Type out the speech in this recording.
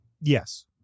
Yes